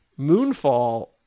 Moonfall